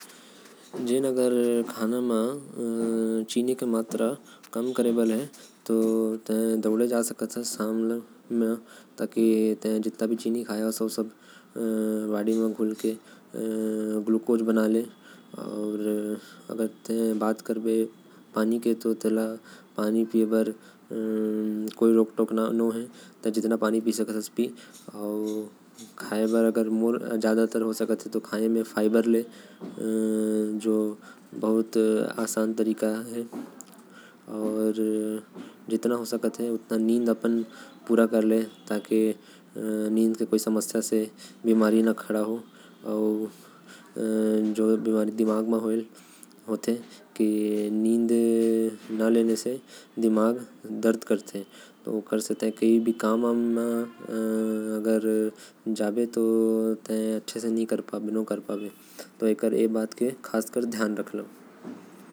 चीनी घटाये बर ते दौड़ सकत हस। जेकर वजह से चीनी तोर बॉडी म घुल जाही। ते पानी अउ खाना म फाइबर ले सकत हस। अपन नींद तै जरूर पूरा कर जो। तोके बहुत मदद करही चीनी घटाये बर।